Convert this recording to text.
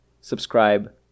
subscribe